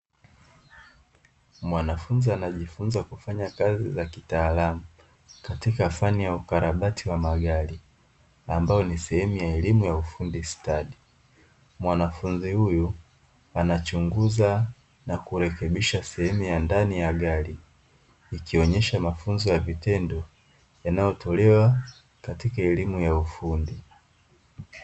Mwanafunzi anajifunza kufanya kazi za kitaalamu katika fani ya ukarabati wa magari, ambayo ni sehemu ya elimu ya ufundi stadi. Mwanafunzi huyu anachunguza na kurekebisha sehemu ya ndani ya gari ikionesha mafunzo ya vitendo yanayotolewa katika elimu ya ufundi.